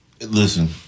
Listen